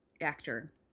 actor